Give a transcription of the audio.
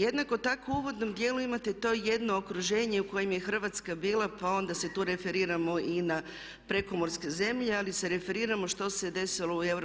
Jednako tako u uvodnom dijelu imate to jedno okruženje u kojem je Hrvatska bila pa onda se tu referiramo i na prekomorske zemlje ali se referiramo što se desilo u EU